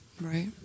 Right